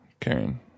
Karen